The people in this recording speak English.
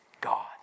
God